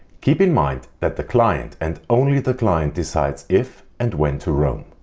keep in mind that the client and only the client decides if and when to roam.